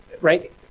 right